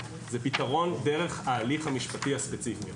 הוא פתרון דרך ההליך המשפטי הספציפי.